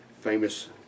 famous